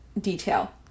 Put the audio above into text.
detail